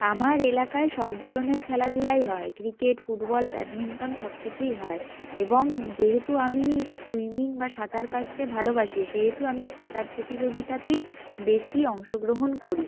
আমার এলাকায় সব ধরনের খেলাধূলাই হয় ক্রিকেট ফুটবল ব্যাডমিন্টন সব কিছুই হয় এবং যেহেতু আমি সুইমিং বা সাঁতার কাটতে ভালোবাসি সেহেতু আমি সাঁতার প্রতিযোগিতাতেই বেশি অংশগ্রহণ করি